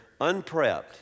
unprepped